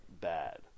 bad